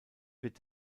wird